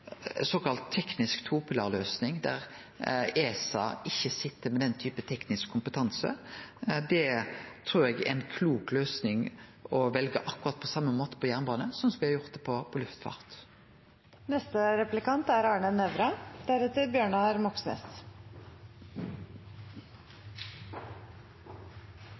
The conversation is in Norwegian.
såkalla teknisk topilarløysing, der ESA ikkje sit med den typen teknisk kompetanse, er ei klok løysing å velje, akkurat på same måten som for jernbanen, slik som me har gjort